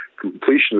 completion